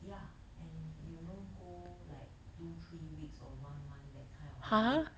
ya and you know go like two three weeks or one month that kind of holiday